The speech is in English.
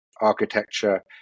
architecture